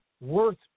worth